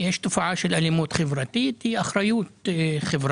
אבל יש גם תופעה של אלימות חברתית שהיא אחריות חברתית.